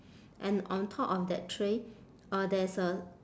and on top of that tray uh there's a